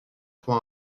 pour